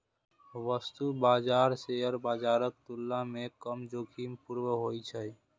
वस्तु बाजार शेयर बाजारक तुलना मे कम जोखिमपूर्ण होइ छै